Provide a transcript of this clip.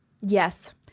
yes